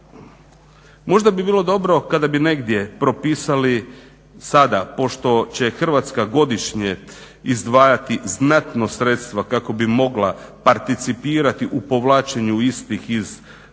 Možda bi bilo dobro kada bi negdje propisali sada pošto će Hrvatska godišnje izdvajati znatno sredstva kako bi mogla participirati u povlačenju istih iz